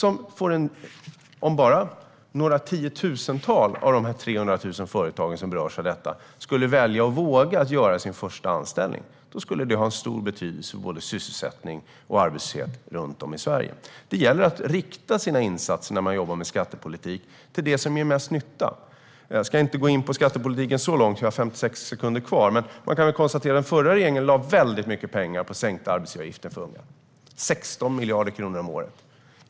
Om bara några tiotusental av de 300 000 företag som berörs av detta skulle våga göra sin första anställning skulle det ha stor betydelse för sysselsättning och arbetslöshet runt om i Sverige. När man jobbar med skattepolitik gäller det att rikta sina insatser till det som ger mest nytta. Jag ska inte gå in så långt på skattepolitik nu eftersom jag bara har 56 sekunder kvar. Men man kan konstatera att den förra regeringen lade väldigt mycket pengar på sänkta arbetsgivaravgifter för unga - 16 miljarder kronor om året.